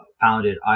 founded